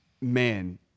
man